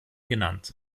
genannt